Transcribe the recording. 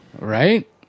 Right